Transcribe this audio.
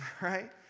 right